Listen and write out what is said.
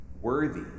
Worthy